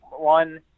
One